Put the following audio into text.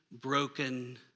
broken